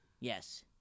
Yes